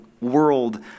world